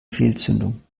fehlzündung